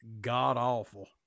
god-awful